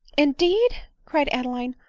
indeed! cried adeline.